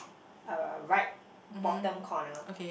uh right bottom corner